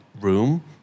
room